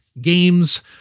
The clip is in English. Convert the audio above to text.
games